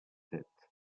tête